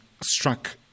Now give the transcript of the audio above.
struck